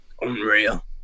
unreal